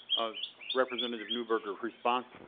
representative newberger response?